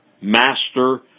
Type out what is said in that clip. Master